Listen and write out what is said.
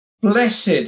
Blessed